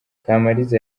kamaliza